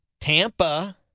Tampa